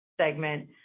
Segment